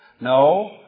No